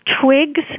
twigs